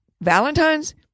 Valentine's